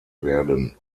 werden